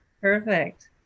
Perfect